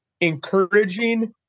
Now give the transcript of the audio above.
encouraging